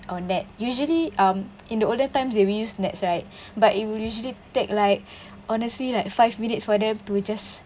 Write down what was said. or NET usually um in the older times they will use NETS right but it will usually take like honestly like five minutes for them to just